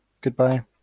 goodbye